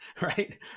Right